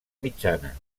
mitjana